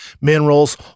minerals